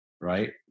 right